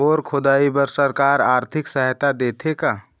Bore खोदाई बर सरकार आरथिक सहायता देथे का?